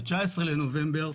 ב-19 בנובמבר,